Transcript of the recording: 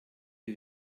wie